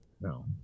No